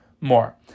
more